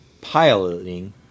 piloting